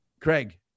Craig